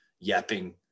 yapping